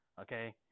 okay